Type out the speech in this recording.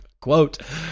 Quote